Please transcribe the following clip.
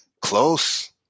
Close